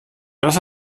das